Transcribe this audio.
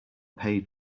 paid